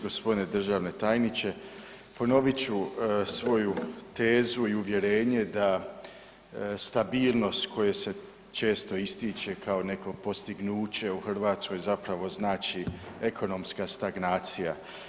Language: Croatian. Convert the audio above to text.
Gospodine državni tajniče, ponovit ću svoju tezu i uvjerenje da stabilnost koje se često ističe kao neko postignuće u Hrvatskoj zapravo znači ekonomska stagnacija.